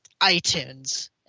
itunes